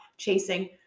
chasing